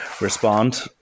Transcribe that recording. respond